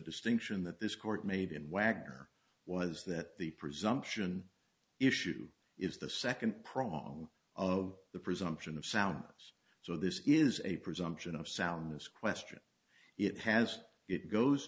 distinction that this court made in wagner was that the presumption issue is the second prong of the presumption of sounds so this is a presumption of sound this question it has it goes